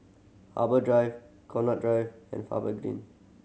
Harbour Drive Connaught Drive and Faber Green